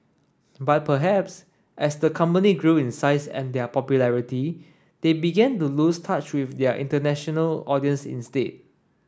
but perhaps as the company grew in size and their popularity they began to lose touch with their international audience instead